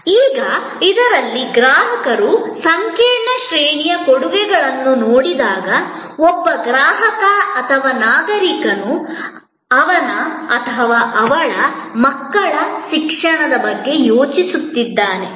ಈಗ ಇದರಲ್ಲಿ ಗ್ರಾಹಕರು ಸಂಕೀರ್ಣ ಶ್ರೇಣಿಯ ಕೊಡುಗೆಗಳನ್ನು ನೋಡಿದಾಗ ಒಬ್ಬ ಗ್ರಾಹಕ ಅಥವಾ ನಾಗರಿಕನು ಅವನ ಅಥವಾ ಅವಳ ಮಕ್ಕಳ ಶಿಕ್ಷಣದ ಬಗ್ಗೆ ಯೋಚಿಸುತ್ತಿದ್ದಾನೆ